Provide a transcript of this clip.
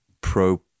pro